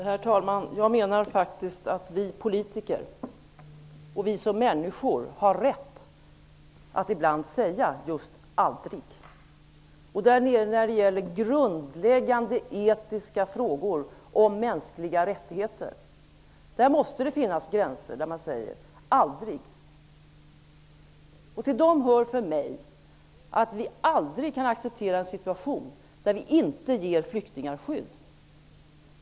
Herr talman! Jag menar att vi som politiker och som människor har rätt att ibland säga just aldrig. När det gäller grundläggande etiska frågor om mänskliga rättigheter måste det få finnas gränser där man kan säga aldrig. För mig innebär det att vi aldrig kan acceptera en situation där vi inte ger flyktingar skydd.